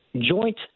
joint